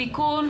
מידת הסיכון,